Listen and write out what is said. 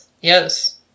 Yes